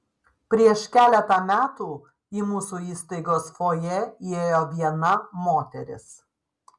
prieš keletą metų į mūsų įstaigos fojė įėjo viena moteris